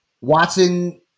Watson